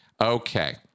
Okay